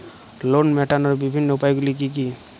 Loan মেটানোর বিভিন্ন উপায়গুলি কী কী?